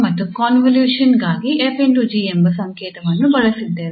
ಮತ್ತು ಕಾಂವೊಲ್ಯೂಷನ್ ಗಾಗಿ 𝑓 ∗ 𝑔 ಎಂಬ ಸಂಕೇತವನ್ನು ಬಳಸಿದ್ದೇವೆ